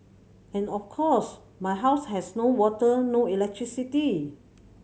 and of course my house has no water no electricity